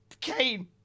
Kane